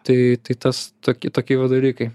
tai tai tas toki tokie va dalykai